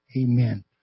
Amen